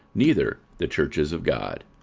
neither the churches of god.